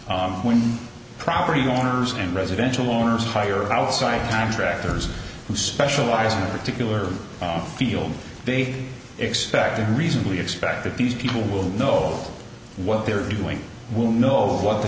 office when property owners and residential owners hire outside contractors who specialize in a particular field they expect to reasonably expect that these people will know what they're doing will know what the